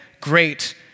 great